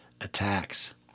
attacks